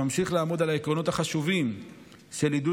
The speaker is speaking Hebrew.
שממשיך לעמוד על העקרונות החשובים של עידוד